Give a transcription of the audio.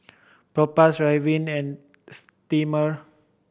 Propass Ridwind and Sterimar